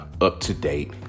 up-to-date